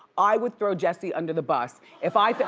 i would throw jussie under the bus if i